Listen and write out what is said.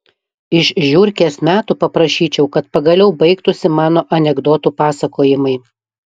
iš žiurkės metų paprašyčiau kad pagaliau baigtųsi mano anekdotų pasakojimai